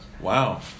Wow